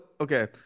okay